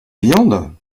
viande